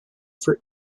for